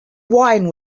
wine